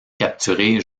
capturé